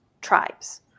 tribes